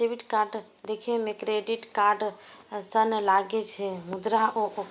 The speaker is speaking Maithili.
डेबिट कार्ड देखै मे क्रेडिट कार्ड सन लागै छै, मुदा ओ